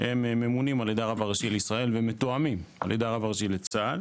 הם ממונים על ידי הרב הראשי לישראל ומתואמים על ידי הרב הראשי לצה"ל,